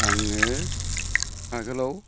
आङो आगोलाव